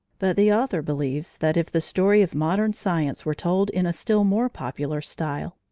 but the author believes that if the story of modern science were told in a still more popular style,